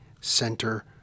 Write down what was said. center